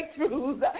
breakthroughs